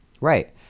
Right